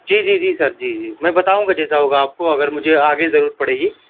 جی جی جی سر جی جی میں بتاؤں گا جیسا ہوگا آپ کو اگر مجھے آگے ضرورت پڑے گی